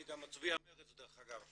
אני גם מצביע מרצ דרך אגב,